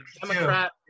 Democrat